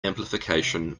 amplification